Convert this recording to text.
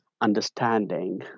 understanding